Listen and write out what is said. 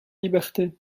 liberté